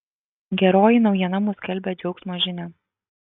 geroji naujiena mums skelbia džiaugsmo žinią